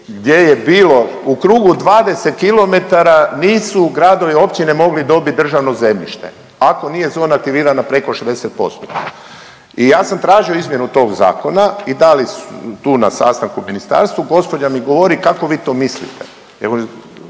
gdje je bilo u krugu 20 km nisu gradove i općine mogle dobit državno zemljište ako nije zona aktivirana preko 60%. i ja sam tražio izmjenu tog zakona i dali tu na sastanku u ministarstvu gospođa mi govori kako vi to mislite,